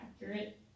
accurate